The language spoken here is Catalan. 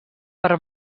per